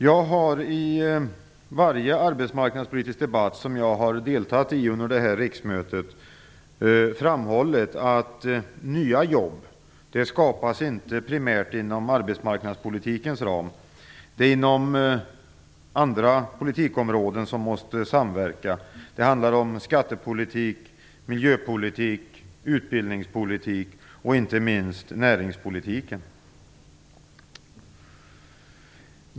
Jag har i varje arbetsmarknadspolitisk debatt som jag har deltagit i under det här riksmötet framhållit att nya jobb inte primärt skapas inom arbetsmarknadspolitikens ram. Det är andra politikområden som måste samverka. Det handlar om skattepolitik, miljöpolitik, utbildningspolitik och inte minst näringspolitik.